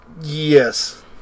Yes